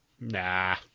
Nah